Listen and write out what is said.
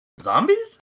zombies